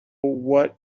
what